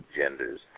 genders